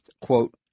quote